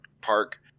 park